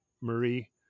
Marie